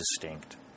distinct